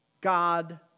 God